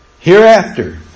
Hereafter